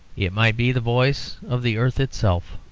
it might be the voice of the earth itself,